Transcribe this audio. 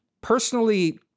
personally